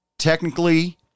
Technically